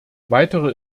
weitere